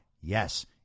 Yes